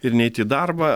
ir neiti į darbą